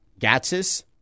Gatsis